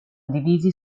divisi